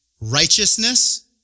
righteousness